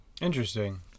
Interesting